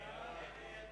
ההסתייגות לחלופין